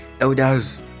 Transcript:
Elders